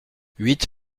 huit